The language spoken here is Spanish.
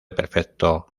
prefecto